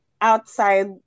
outside